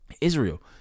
Israel